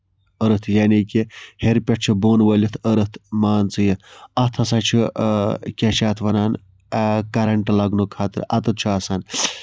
أرٕتھ یعنے کہِ ہیرِ پٮ۪ٹھ چھُ بۄن وٲلِتھ أرٕتھ یعنے کہِ مان ژٕ یہِ اَتھ ہسا چھُ کیاہ چھِ یَتھ وَنان کَرَنٹ لَگنُک خطرٕ اَتَتھ چھُ آسان